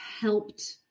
helped